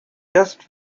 just